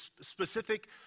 specific